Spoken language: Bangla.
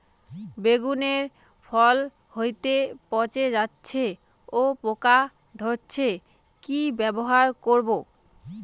বেগুনের ফল হতেই পচে যাচ্ছে ও পোকা ধরছে কি ব্যবহার করব?